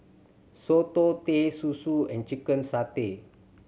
soto Teh Susu and chicken satay